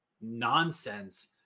nonsense